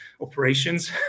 operations